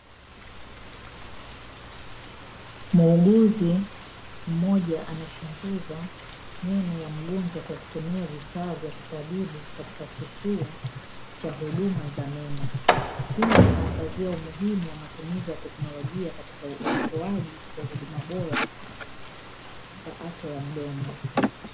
Muuguzi mmoja anachunguza meno ya mgonjwa kwa kutumia vifaa vya kitabibu katika kituo cha huduma za meno, hii inaangazia umuhimu wa matumizi ya teknolojia katika utoaji wa huduma bora za afya ya mdomo.